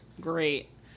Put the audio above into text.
Great